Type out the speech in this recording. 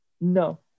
No